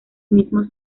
mismos